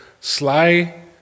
Sly